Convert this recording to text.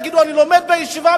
יגידו: אני לומד בישיבה,